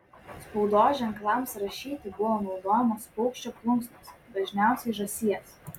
spaudos ženklams rašyti buvo naudojamos paukščio plunksnos dažniausiai žąsies